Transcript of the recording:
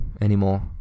anymore